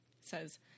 says